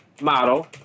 model